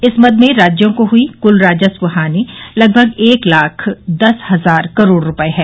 इस मद में राज्यों को हुई कुल राजस्व हानि लगभग एक लाख दस हजार करोड़ रुपये है